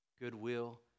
goodwill